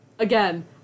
Again